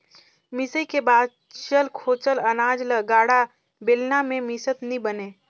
मिसई मे बाचल खोचल अनाज ल गाड़ा, बेलना मे मिसत नी बने